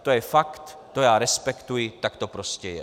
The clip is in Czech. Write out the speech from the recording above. To je fakt, to já respektuji, tak to prostě je.